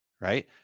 right